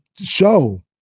show